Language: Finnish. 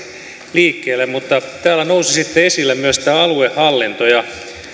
liikkeelle mutta täällä nousi sitten esille myös tämä aluehallinto ja